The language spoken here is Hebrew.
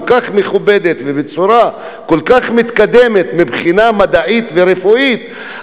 כך מכובדת ובצורה כל כך מתקדמת מבחינה מדעית ורפואית,